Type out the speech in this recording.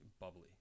bubbly